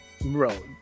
Bro